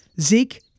Zeke